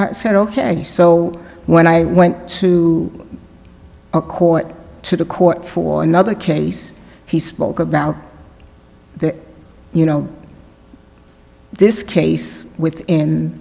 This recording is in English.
i said ok so when i went to a court to the court for another case he spoke about there you know this case within